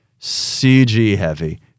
CG-heavy